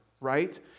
right